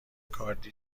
کارد